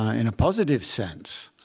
in a positive sense,